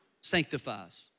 Sanctifies